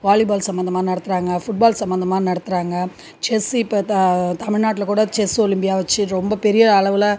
volleyball சம்மந்தமாக நடத்துகிறாங்க football சம்மந்தமாக நடத்துகிறாங்க செஸ் இப்போ த தமிழ்நாட்டில் கூட செஸ் ஒலிம்பியா வச்சு ரொம்ப பெரிய அளவில்